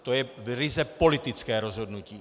To je ryze politické rozhodnutí.